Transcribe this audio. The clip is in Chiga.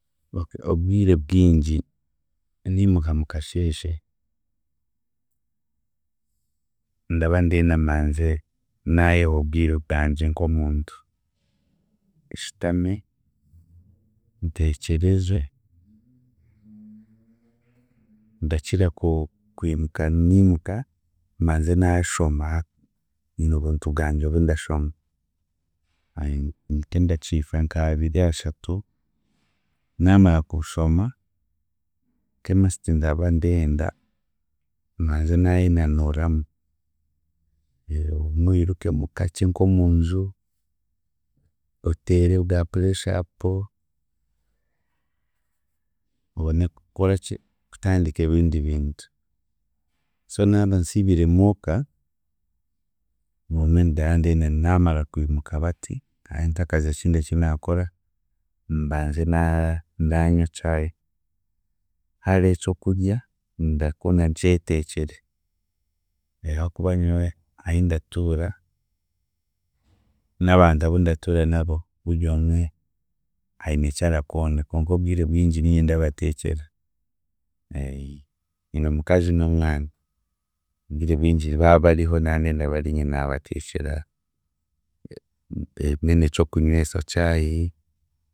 Obwi obwire bwingi niimuka mukasheeshe, ndaba ndenda manze naayeha obwire bwangye nk'omuntu; nshutame, nteekyereze ndakira ku- kwimuka niimuka manze naashoma nyine obuntu bwangye obundashoma nk'endakiika nka abiri ashatu, naamara kubushoma nk'e must ndaba ndenda manze naayenanuuramu obumwe oirukemu kakye nk'omunju oteere bwa pureeshapu, obone kukoraki, kutandika ebindi bintu so naaba nsiibire muuka, bumwe ndandenda naamara kwimuka bati, ntakagizire ekindi ki naakora mbanze na- naanywa chai ha hariho ekyokurya, ndakunda nkyeteekyere ahaakuba hiine ahi ndatuura n'abantu abu ndatuura nabo buryomwe aine ekyarakunda konka obwire bwingi niinye ndabateekyera, nyine omukazi n'omwana obwire bwingi baabariho ndandenda abe ariinye naabateekyera then eky'okunywesa chai